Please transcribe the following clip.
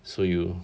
so you